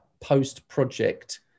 post-project